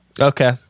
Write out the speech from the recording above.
Okay